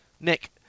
Nick